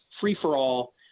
free-for-all